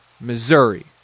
Missouri